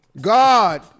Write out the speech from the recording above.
God